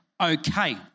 okay